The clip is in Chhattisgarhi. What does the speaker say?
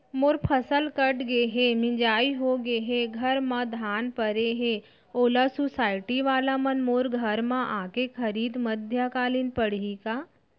मोर फसल कट गे हे, मिंजाई हो गे हे, घर में धान परे हे, ओला सुसायटी वाला मन मोर घर म आके खरीद मध्यकालीन पड़ही का?